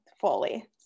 fully